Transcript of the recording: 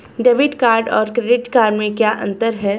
Debit card और credit card में क्या अंतर है?